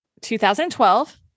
2012